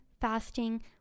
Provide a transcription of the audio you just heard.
fasting